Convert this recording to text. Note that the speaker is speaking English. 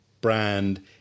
brand